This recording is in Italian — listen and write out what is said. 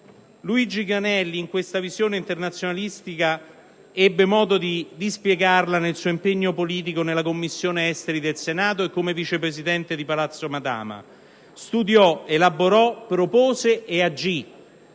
un Bertoldo. Questa visione internazionalistica Granelli ebbe modo di dispiegarla nel suo impegno politico nella Commissione esteri del Senato e come Vice Presidente di Palazzo Madama. Studiò, elaborò, propose. Ed agì.